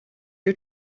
you